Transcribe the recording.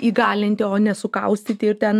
įgalinti o ne sukaustyti ir ten